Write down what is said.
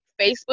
Facebook